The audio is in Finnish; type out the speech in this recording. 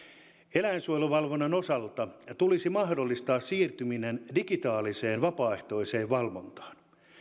eläinsuojeluvalvonnan osalta tulisi mahdollistaa siirtyminen digitaaliseen vapaaehtoiseen valvontaan